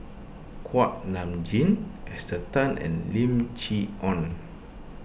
Kuak Nam Jin Esther Tan and Lim Chee Onn